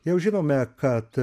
jau žinome kad